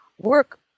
work